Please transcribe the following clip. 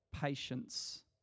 patience